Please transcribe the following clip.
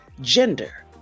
gender